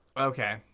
Okay